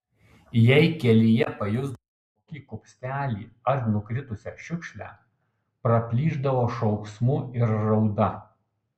jei kelyje pajusdavo kokį kupstelį ar nukritusią šiukšlę praplyšdavo šauksmu ir rauda